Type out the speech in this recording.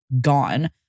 gone